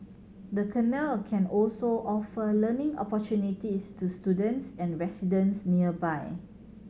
the canal can also offer learning opportunities to students and residents nearby